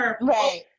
Right